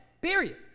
period